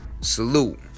Salute